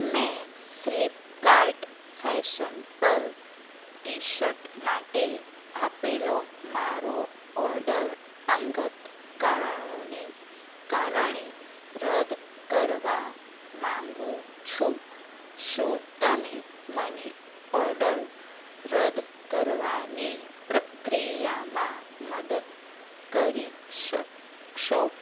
મેં ફ્લિપકાર્ટ ફેશન પર ટીશર્ટ માટે આપેલો મારો ઓડર અંગત કારણોને કારણે રદ્દ કરવા માંગુ છું શું તમે મને ઓડર રદ કરવાની પ્રક્રિયામાં મદદ કરી શકશો